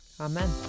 Amen